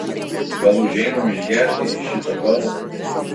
gal užeinam išgerti į šitą pabą